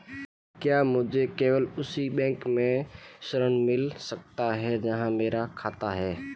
क्या मुझे केवल उसी बैंक से ऋण मिल सकता है जहां मेरा खाता है?